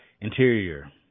Interior